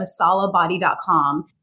MasalaBody.com